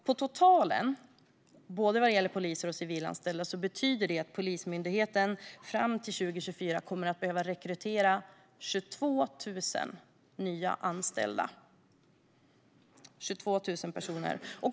På totalen vad gäller både poliser och civilanställda betyder det att Polismyndigheten fram till 2024 kommer att behöva rekrytera 22 000 nya anställda.